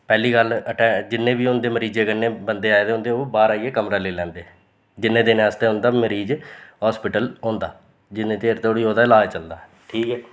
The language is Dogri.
पैह्ली गल्ल अटै जिन्ने बी होंदे मरीज़ै कन्नै बंदे आए दे होंदे ओह् बाह्र आइयै कमरा लेई लैंदे जिन्ने दिनें आस्तै उन्दा मरीज़ हॉस्पिटल होंदा जिन्ने चिर धोड़ी ओह्दा लाज चलदा ठीक ऐ